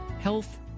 health